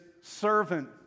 servant